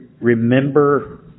remember